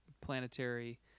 planetary